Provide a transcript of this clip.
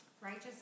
Righteous